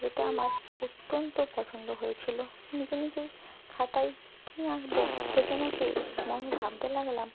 যেটা আমার অত্যন্ত পছন্দ হয়েছিলো নিজে নিজেই খাতায় কী আঁকবো খুঁজে না পেয়ে মনে ভাবতে লাগলাম